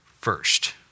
first